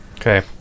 Okay